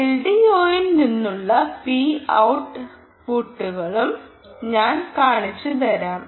എൽഡിഒയിൽ നിന്നുള്ള p ഔട്ട്പുട്ടുകളും ഞാൻ കാണിച്ചുതരാം